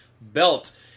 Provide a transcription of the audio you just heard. belt